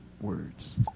words